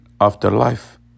afterlife